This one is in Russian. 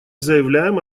заявляем